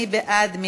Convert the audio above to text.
מי בעד?